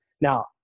Now